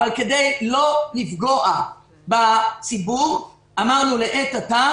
אבל כדי לא לפגוע בציבור אמרנו שלעת עתה